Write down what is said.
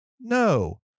No